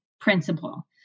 principle